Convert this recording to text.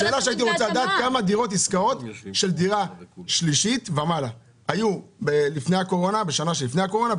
אני רוצה לדעת כמה עסקאות היו בדירה שלישית ומעלה בשנה שלפני הקורונה,